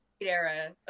era